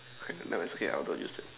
never mind it is okay I got used to it